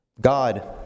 God